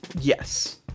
yes